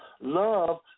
Love